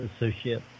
associate